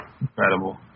Incredible